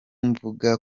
mvuga